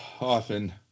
often